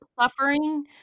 suffering